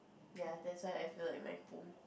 ya that's why I feel like my home